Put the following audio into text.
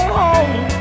home